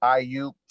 IU